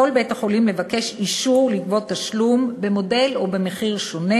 יכול בית-החולים לבקש אישור לגבות תשלום במודל או במחיר שונה.